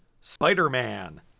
Spider-Man